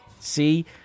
See